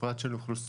בפרט של אוכלוסיות,